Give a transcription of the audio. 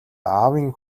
аавын